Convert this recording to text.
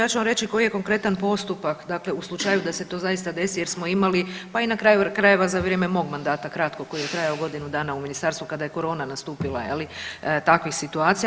Ja ću vam reći koji je konkretan postupak dakle u slučaju da se to zaista desi jer smo imali pa i na kraju krajeva za vrijeme mog mandata kratkog koji je trajao godinu dana u ministarstvu kada je korona nastupila je li, takvih situacija.